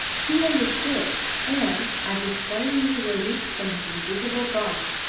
he understood, and, as if suddenly released from his invisible bonds,